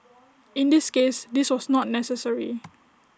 in this case this was not necessary